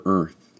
Earth